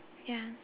ya